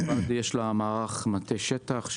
הרלב"ד יש לו מערך מטה שטח,